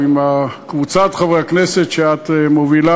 עם קבוצת חברי הכנסת שאת מובילה